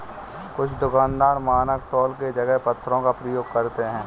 कुछ दुकानदार मानक तौल की जगह पत्थरों का प्रयोग करते हैं